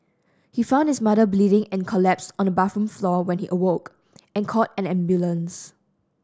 he found his mother bleeding and collapsed on the bathroom floor when he awoke and called an ambulance